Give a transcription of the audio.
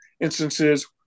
instances